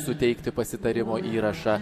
suteikti pasitarimo įrašą